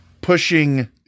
pushing